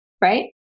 right